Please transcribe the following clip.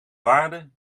waarde